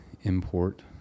import